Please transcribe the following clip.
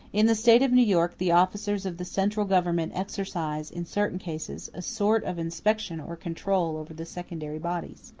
in the state of new york the officers of the central government exercise, in certain cases, a sort of inspection or control over the secondary bodies.